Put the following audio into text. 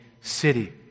city